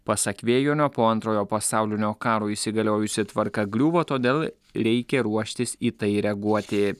pasak vejonio po antrojo pasaulinio karo įsigaliojusi tvarka griūva todėl reikia ruoštis į tai reaguoti